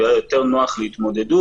הוא היה יותר נוח להתמודדות.